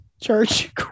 Church